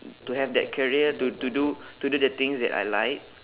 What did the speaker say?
to have that career to to do to do the things that I like